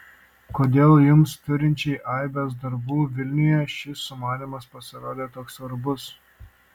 kodėl jums turinčiai aibes darbų vilniuje šis sumanymas pasirodė toks svarbus